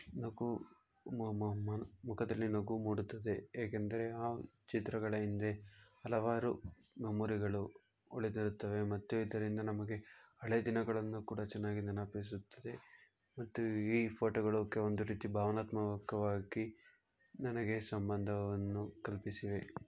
ನಗು ಮುಖದಲ್ಲಿ ನಗು ಮೂಡುತ್ತದೆ ಏಕೆಂದರೆ ಆ ಚಿತ್ರಗಳ ಹಿಂದೆ ಹಲವಾರು ಮೆಮೊರಿಗಳು ಉಳಿದಿರುತ್ತವೆ ಮತ್ತು ಇದರಿಂದ ನಮಗೆ ಹಳೆ ದಿನಗಳನ್ನ ಕೂಡ ಚೆನ್ನಾಗಿ ನೆನಪಿಸುತ್ತಿದೆ ಮತ್ತು ಈ ಫೋಟೊಗಳು ಕ್ಕೆ ಒಂದು ರೀತಿ ಭಾವನಾತ್ಮಕವಾಗಿ ನನಗೆ ಸಂಬಂಧವನ್ನು ಕಲ್ಪಿಸಿವೆ